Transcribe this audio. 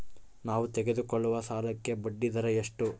ನಾವು ತೆಗೆದುಕೊಳ್ಳುವ ಸಾಲಕ್ಕೆ ಬಡ್ಡಿದರ ಎಷ್ಟು?